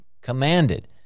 commanded